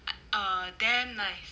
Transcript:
ah um damn nice